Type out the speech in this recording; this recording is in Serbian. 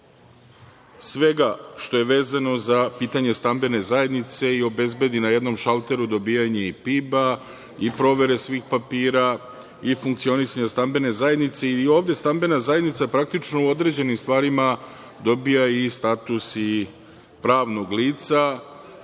svega što je vezano za pitanje stambene zajednice i obezbedi na jednom šalteru dobijanje i PIB-a i provere svih papira i funkcionisanje stambene zajednice. Ovde stambena zajednica, praktično, u određenim stvarima dobija i status pravnog lica,